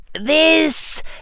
This